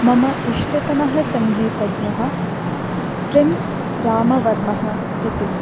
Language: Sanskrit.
मम इष्टतमः सङ्गीतज्ञः प्रिन्स् रामवर्मः इति